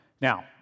Now